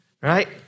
Right